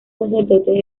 sacerdotes